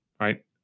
Right